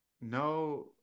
No